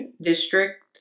district